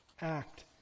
act